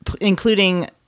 including